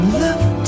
love